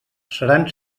seran